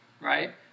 right